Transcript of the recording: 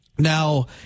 Now